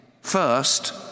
First